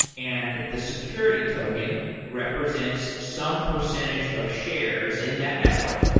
and the security token represents some percentage of shares in that network.